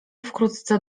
wkrótce